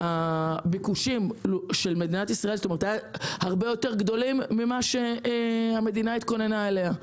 שהביקושים הרבה יותר גדולים ממה שהמדינה התכוננה אליהם.